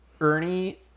Ernie